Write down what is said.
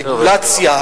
הרגולציה,